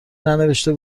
ننوشته